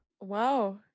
Wow